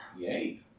Yay